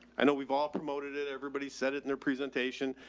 i know we've all promoted it. everybody said it. and their presentation,